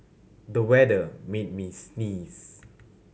the weather made me sneeze